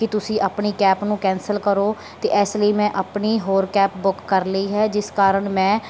ਕਿ ਤੁਸੀਂ ਆਪਣੀ ਕੈਪ ਨੂੰ ਕੈਂਸਲ ਕਰੋ ਅਤੇ ਇਸ ਲਈ ਮੈਂ ਆਪਣੀ ਹੋਰ ਕੈਪ ਬੁੱਕ ਕਰ ਲਈ ਹੈ ਜਿਸ ਕਾਰਨ ਮੈਂ